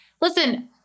Listen-